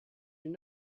your